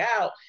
out